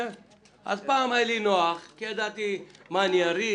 אז פעם היה לי נוח כי אמרתי: מה, אני אריב?